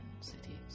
cities